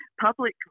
public